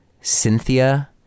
Cynthia